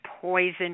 poison